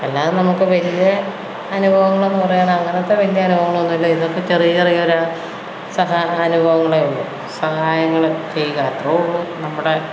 അല്ലാതെ നമുക്ക് വലിയ അനുഭവങ്ങളെന്ന് പറയാൻ അങ്ങനത്തെ വലിയ അനുഭവങ്ങളൊന്നും ഇല്ല ഇങ്ങനത്തെ ചെറിയ ചെറിയ അനുഭവങ്ങളെ ഉള്ളു സഹായങ്ങൾ ചെയ്യുക അത്രയേ ഉള്ളു നമ്മുടെ